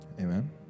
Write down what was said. Amen